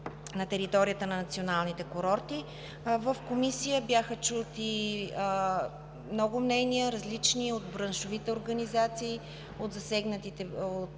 на територията на националните курорти. В Комисията бяха чути много мнения, различни от браншовите организации, от засегнатите